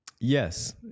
Yes